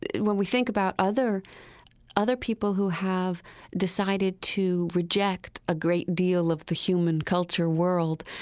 when we think about, other other people who have decided to reject a great deal of the human culture world,